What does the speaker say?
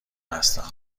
هستم